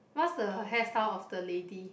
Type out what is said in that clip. what's the hairstyle of the lady